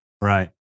right